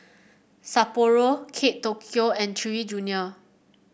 Sapporo Kate Tokyo and Chewy Junior